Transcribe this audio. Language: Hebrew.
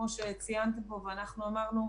כמו שציינתם פה ואמרנו,